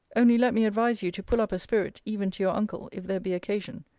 only let me advise you to pull up a spirit, even to your uncle, if there be occasion.